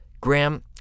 Graham